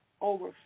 over